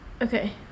Okay